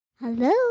Hello